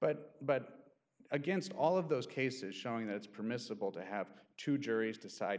but but against all of those cases showing that it's permissible to have two juries decide